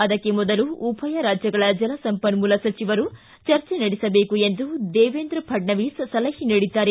ಅದಕ್ಕೆ ಮೊದಲು ಉಭಯ ರಾಜ್ಯಗಳ ಜಲ ಸಂಪನ್ಮೂಲ ಸಚಿವರು ಚರ್ಚೆ ನಡೆಸಬೇಕು ಎಂದು ದೇವೇಂದ್ರ ಫಡ್ನವೀಸ್ ಸಲಹೆ ನೀಡಿದ್ದಾರೆ